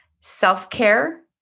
self-care